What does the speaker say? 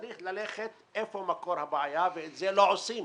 צריך ללכת ולראות היכן מקור הבעיה ואת זה לא עושים.